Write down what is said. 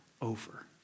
over